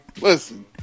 Listen